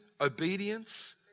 obedience